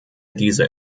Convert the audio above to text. diese